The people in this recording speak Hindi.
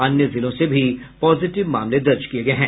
अन्य जिलों से भी पॉजिटिव मामले दर्ज किये गये हैं